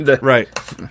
Right